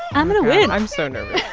i'm going to win i'm so nervous